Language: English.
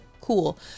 cool